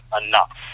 enough